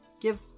Give